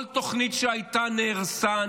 כל תוכנית שהייתה, נהרסה.